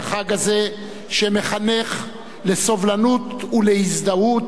שמחנך לסובלנות ולהזדהות עם האחר,